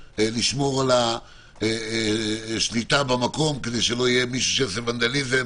לשמור על השליטה במקום כדי שלא יהיה מי שיעשה ונדליזם.